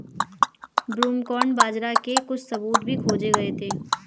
broomcorn बाजरा के कुछ सबूत भी खोजे गए थे